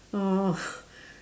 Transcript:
oh